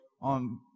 on